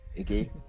okay